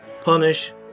punish